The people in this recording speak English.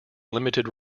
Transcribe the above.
limited